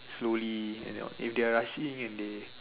slowly if they are rushing and they